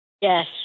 Yes